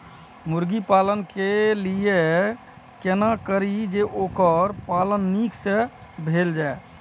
मुर्गी पालन के लिए केना करी जे वोकर पालन नीक से भेल जाय?